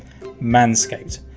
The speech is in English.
Manscaped